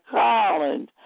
college